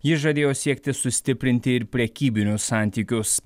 jis žadėjo siekti sustiprinti ir prekybinius santykius